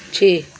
ਛੇ